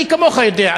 מי כמוך יודע,